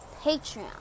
Patreon